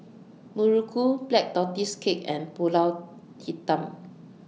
Muruku Black Tortoise Cake and Pulut Hitam